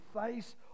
face